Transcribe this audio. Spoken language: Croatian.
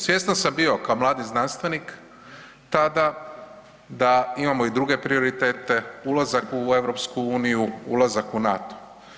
Svjestan sam bio kao mladi znanstvenik tada da imamo i druge prioritete, ulazak u EU, ulazak u NATO.